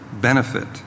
benefit